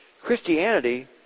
Christianity